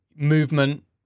Movement